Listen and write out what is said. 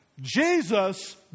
Jesus